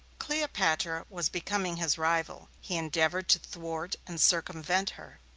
cleopatra was becoming his rival. he endeavored to thwart and circumvent her.